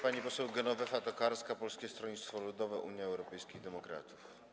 Pani poseł Genowefa Tokarska, Polskie Stronnictwo Ludowe - Unia Europejskich Demokratów.